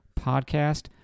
Podcast